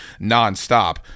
nonstop